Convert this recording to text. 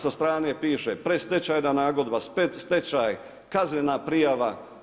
Sa strane piše predstečajna nagodba, predstečaj, kaznena prijava.